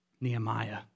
Nehemiah